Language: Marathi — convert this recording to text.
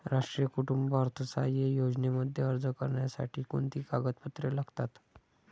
राष्ट्रीय कुटुंब अर्थसहाय्य योजनेमध्ये अर्ज करण्यासाठी कोणती कागदपत्रे लागतात?